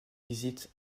visite